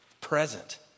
present